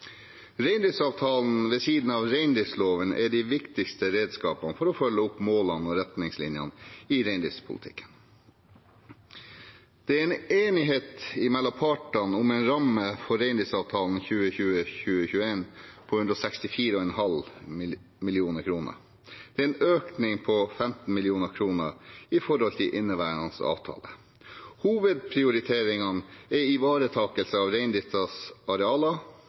ved siden av reindriftsloven det viktigste redskapet for å følge opp målene og retningslinjene i reindriftspolitikken. Det er enighet mellom partene om en ramme for reindriftsavtalen 2021–2022 på 164,5 mill. kr. Det er en økning på 15 mill. kr i forhold til inneværende avtale. Hovedprioriteringene er ivaretakelse av reindriftens arealer,